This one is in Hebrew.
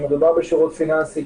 כשמדובר בשירות פיננסי,